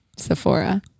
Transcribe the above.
sephora